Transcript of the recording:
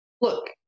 look